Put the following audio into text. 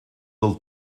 del